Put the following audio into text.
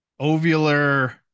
ovular